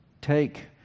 take